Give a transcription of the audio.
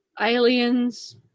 aliens